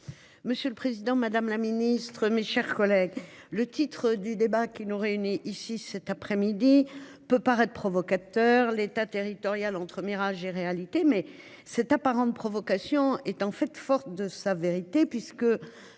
Monsieur le Président Madame la Ministre, mes chers collègues. Le titre du débat qui nous réunit ici cet après-midi peut paraître provocateur l'État territorial entre mirage et réalité. Mais cette apparente provocation est en fait. Forte de sa vérité puisque.